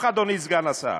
אדוני סגן השר,